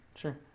Sure